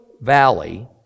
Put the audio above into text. Valley